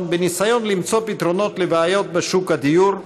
בניסיון למצוא פתרונות לבעיות בשוק הדיור.